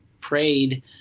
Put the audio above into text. prayed